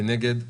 מי נגד?